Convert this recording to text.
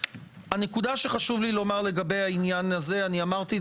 הנקודה שחשוב לי לומר לגבי העניין הזה אמרתי את